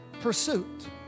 pursuit